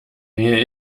mähe